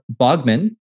Bogman